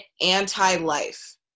anti-life